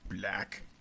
black